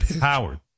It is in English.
Howard